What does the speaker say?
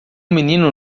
menino